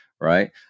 Right